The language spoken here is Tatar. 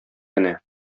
кенә